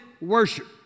worship